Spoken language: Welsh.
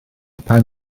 pan